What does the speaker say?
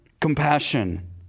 compassion